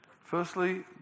Firstly